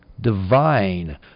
divine